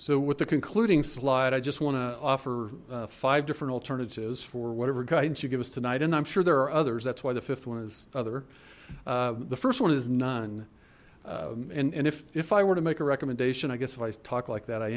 so with the concluding slide i just want to offer five different alternatives for whatever guidance you give us tonight and i'm sure there are others that's why the fifth one is other the first one is none and and if if i were to make a recommendation i guess if i talked like that i